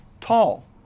tall